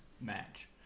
match